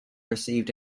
received